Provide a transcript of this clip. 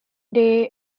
day